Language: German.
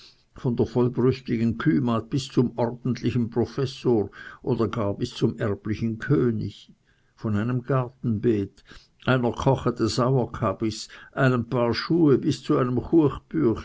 von der vollbrüstigen kühmagd bis zum ordentlichen professor oder gar bis zum erblichen könig man wird diese zusammenstellung unhöflich finden aber in bezug auf das melken ist sie eine sehr natürliche von einem gartenbeet einer kochete sauerkabis einem paar schuhe bis zu einem